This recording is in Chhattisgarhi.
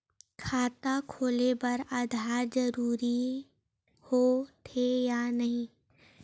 खाता खोले बार आधार जरूरी हो थे या नहीं?